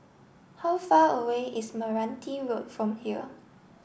how far away is Meranti Road from here